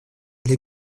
для